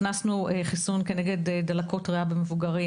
הכנסנו גם חיסון נגד דלקות ריאה במבוגרים